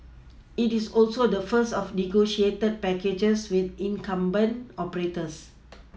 it is also the first of negotiated packages with incumbent operators